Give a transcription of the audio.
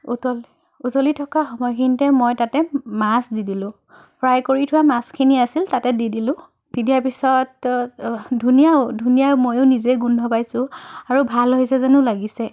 উতলি উতলি থকা সময়খিনিতে মই তাতে মাছ দি দিলোঁ ফ্ৰাই কৰি থোৱা মাছখিনি আছিল তাতে দি দিলোঁ দি দিয়াৰ পিছত ধুনীয়া ধুনীয়া ময়ো নিজে গোন্ধ পাইছোঁ আৰু ভাল হৈছে যেনো লাগিছে